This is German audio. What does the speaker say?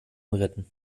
retten